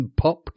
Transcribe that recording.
Pop